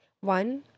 One